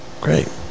great